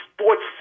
sports